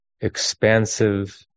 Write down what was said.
Expansive